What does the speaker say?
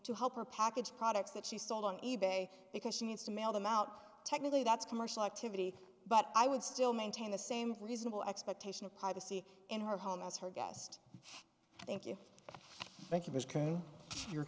to help her package products that she sold on e bay because she wants to mail them out technically that's commercial activity but i would still maintain the same reasonable expectation of privacy in her home as her guest thank you thank you